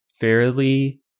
fairly